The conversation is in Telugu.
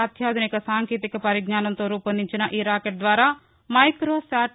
అత్యాధునిక సాంకేతిక పరిజ్ఞానంతో రూపొందించిన ఈ రాకెట్ ద్వారా మైక్రోశాట్